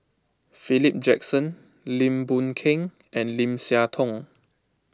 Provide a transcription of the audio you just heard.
Philip Jackson Lim Boon Keng and Lim Siah Tong